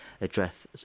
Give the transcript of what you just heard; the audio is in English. address